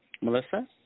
Melissa